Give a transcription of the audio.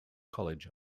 college